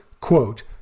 quote